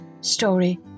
Story